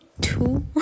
two